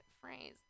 phrase